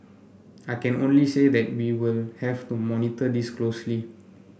I can only say that we will have to monitor this closely